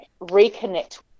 reconnect